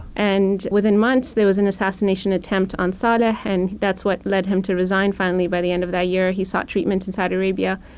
and within months there was an assassination attempt on saleh, and that's what led him to resign finally by the end of that year. he sought treatment in saudi arabia.